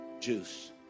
juice